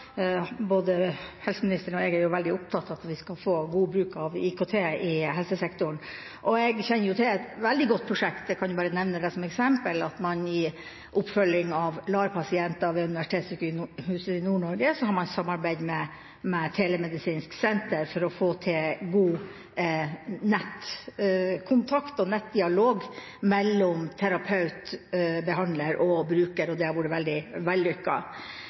Både helseministeren og jeg er jo veldig opptatt av at vi skal få god bruk av IKT i helsesektoren. Jeg kjenner til et veldig godt prosjekt, og kan nevne det som eksempel, nemlig at man i oppfølginga av LAR-pasienter ved Universitetssykehuset i Nord-Norge har samarbeidet med telemedisinsk senter for å få til god nettkontakt og nettdialog mellom terapeut, behandler og bruker, og det har vært veldig